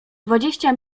dwadzieścia